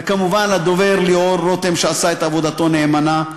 וכמובן, לדובר ליאור רותם שעשה את עבודתו נאמנה.